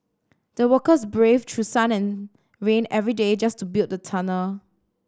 the workers braved through sun and rain every day just to build the tunnel